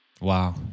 Wow